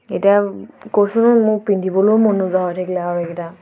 এতিয়া কৈছো ন মোৰ পিন্ধিবলৈও মন নোযোৱা হৈ থাকিলে আৰু এইকেইটা